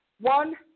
one